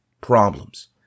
problems